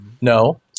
No